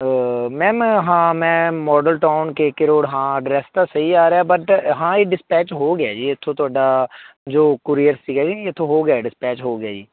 ma'am ਹਾਂ ਮੈਂ Model Town K K road ਹਾਂ ਐਡਰੈਸ ਤਾਂ ਸਹੀ ਆ ਰਿਹਾ ਬਟ ਹਾਂ ਇਹ ਡਿਸਪੈਚ ਹੋ ਗਿਆ ਜੀ ਇੱਥੋਂ ਤੁਹਾਡਾ ਜੋ ਕੂਰੀਅਰ ਸੀਗਾ ਇਹ ਇੱਥੋਂ ਹੋ ਗਿਆ ਡਿਸਪੈਚ ਹੋ ਗਿਆ ਜੀ